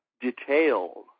detailed